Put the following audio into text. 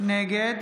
נגד